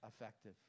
effective